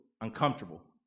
uncomfortable